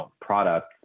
products